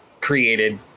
created